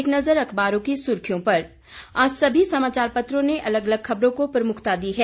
एक नज़र अखबारों की सुर्खियों पर आज सभी समाचार पत्रों ने अलग अलग खबरों को प्रमुखता दी है